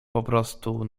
poprostu